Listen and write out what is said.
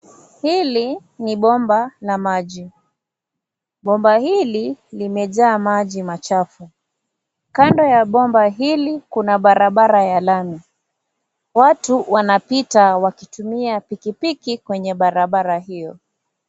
Hili ni bomba la maji. Bomba hili limejaa maji machafu. Kando ya bomba hili kuba barabara ya lami. Watu wanapita wakitumia pikipiki kwenye barabara hio.